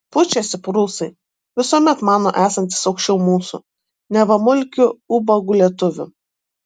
pučiasi prūsai visuomet mano esantys aukščiau mūsų neva mulkių ubagų lietuvių